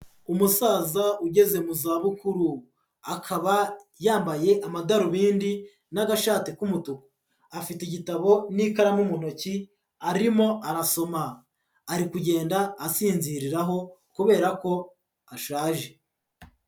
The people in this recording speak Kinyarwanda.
Umusaza ugeze mu zabukuru, akaba yambaye amadarubindi n'agashati k'umutuku, afite igitabo n'ikaramu mu ntoki arimo arasoma, ari kugenda asinziriraho kubera ko ashaje.